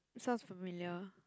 sounds familiar